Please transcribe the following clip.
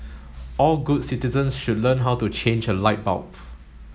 all good citizens should learn how to change a light bulb